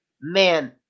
man